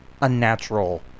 unnatural